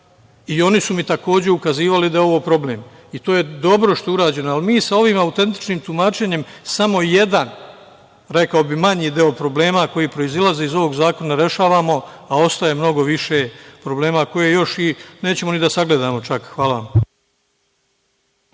i oni su mi takođe ukazivali da je ovo problem i dobro je što je urađeno, ali mi sa ovim autentičnim tumačenjem samo jedan, rekao bih manji deo, problema koji proizilaze iz ovog zakona rešavamo, a ostaje mnogo više problema koje još nećemo ni da sagledamo. Hvala.